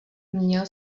měl